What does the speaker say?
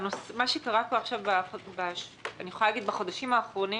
מה שקרה פה עכשיו בחודשים האחרונים